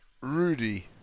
Rudy